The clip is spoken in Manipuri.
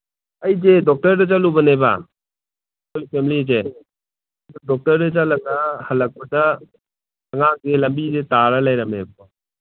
ꯑꯩꯁꯦ ꯗꯣꯛꯇꯔꯗ ꯆꯠꯂꯨꯕꯅꯦꯕ ꯑꯩꯈꯣꯏ ꯐꯦꯃꯤꯂꯤꯁꯦ ꯗꯣꯛꯇꯔꯗ ꯆꯠꯂꯒ ꯍꯜꯂꯛꯄꯗ ꯑꯉꯥꯡꯁꯦ ꯂꯝꯕꯤꯗ ꯇꯥꯔ ꯂꯩꯔꯝꯃꯦꯕꯀꯣ